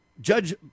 Judge